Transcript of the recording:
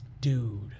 Dude